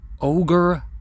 ogre